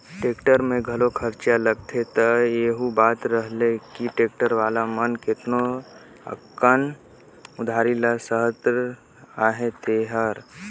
tractor में घलो खरचा लागथे त एहू बात रहेल कि टेक्टर वाला मन केतना अकन उधारी ल सहत अहें तेहर